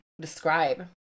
describe